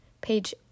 Page